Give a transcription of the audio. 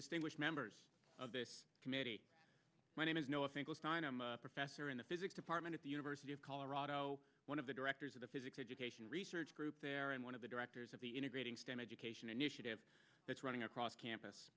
distinguished members of this committee my name is no i'm a professor in the physics department at the university of colorado one of the directors of the physical education research group there and one of the directors of the integrating stem education initiative that's running across campus